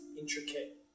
intricate